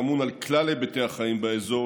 שאמון על כלל היבטי החיים באזור,